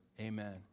Amen